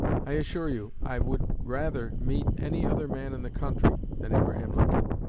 i assure you i would rather meet any other man in the country than abraham lincoln.